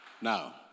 Now